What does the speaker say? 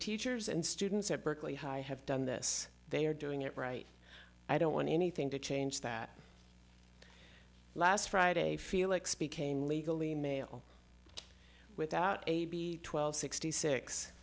teachers and students at berkeley high have done this they are doing it right i don't want anything to change that last friday felix became legal email without a b twelve sixty six